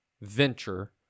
venture